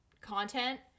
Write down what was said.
content